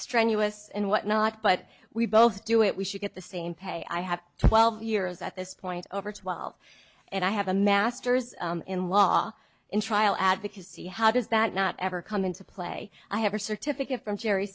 strenuous and what not but we both do it we should get the same pay i have twelve years at this point over twelve and i have a masters in law in trial advocacy how does that not ever come into play i have or certificate from gerry